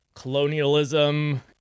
colonialism